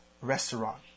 restaurant